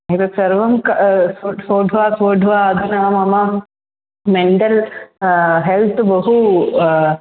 एतत् सर्वं सोढ्वा सोढ्वा अधुना मम मेण्टल् हेल्त् बहु